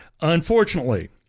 Unfortunately